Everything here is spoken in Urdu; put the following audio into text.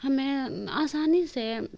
ہمیں آسانی سے